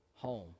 Home